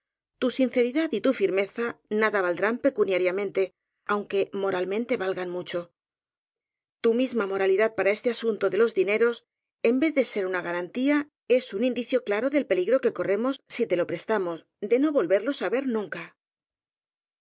tu sinceridad y tu firmeza nada val drán pecuniariamente aunque moralmente valgan m mucho tu misma moralidad para este asunto de los dineros en vez de ser una garantía es un indi cio claro del peligro que corremos si te lo presta rnos de no volverlos á ver nunca sí